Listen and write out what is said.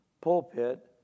pulpit